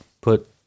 put